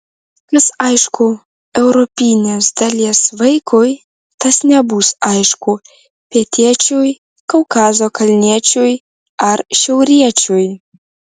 kas aišku europinės dalies vaikui tas nebus aišku pietiečiui kaukazo kalniečiui ar šiauriečiui